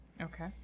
Okay